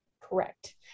correct